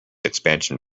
expansion